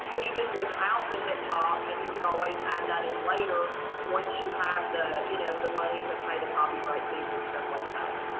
even without the hip-hop and you could always add that in later once you have the you know the money to pay the copyright fees and stuff like that.